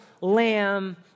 lamb